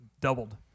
doubled